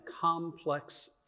complex